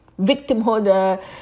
victimhood